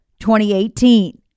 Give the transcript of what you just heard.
2018